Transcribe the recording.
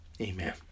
Amen